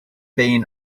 been